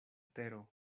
tero